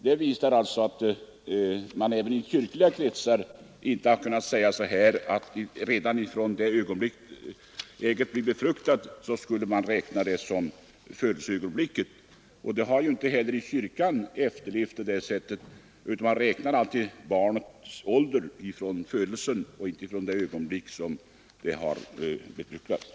Det visar alltså att man inte ens i kyrkliga kretsar har kunnat säga att redan det ögonblick ägget blir befruktat skulle räknas som födelseögonblicket. Det har inte heller räknats så inom kyrkan, utan man räknar barnets ålder från födelsen och inte från det ögonblick ägget befruktats.